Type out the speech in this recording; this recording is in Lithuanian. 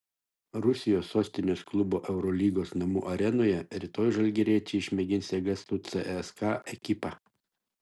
rusijos sostinės klubo eurolygos namų arenoje rytoj žalgiriečiai išmėgins jėgas su cska ekipa